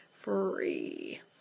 free